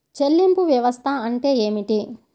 చెల్లింపు వ్యవస్థ అంటే ఏమిటి?